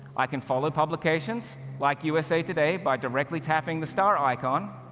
i can follow publications like usa today by directly tapping the star icon.